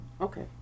Okay